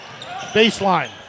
Baseline